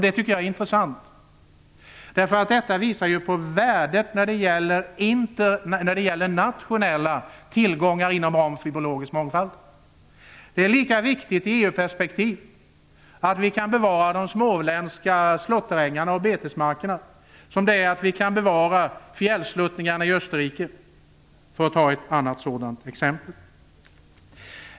Det tycker jag är intressant, därför att det visar ju på värdet när det gäller nationella tillgångar inom ramen för biologisk mångfald. Det är lika viktigt i ett EU-perspektiv att vi kan bevara de småländska slåtterängarna och betesmarkerna som det är att fjällsluttningarna i Österrike kan bevaras, för att ta ett annat exempel.